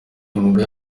imbwa